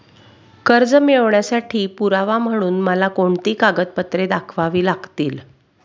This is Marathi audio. कर्ज मिळवण्यासाठी पुरावा म्हणून मला कोणती कागदपत्रे दाखवावी लागतील?